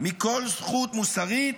מכל זכות מוסרית,